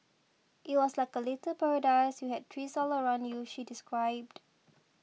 it was like a little paradise you had trees all around you she described